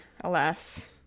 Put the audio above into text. alas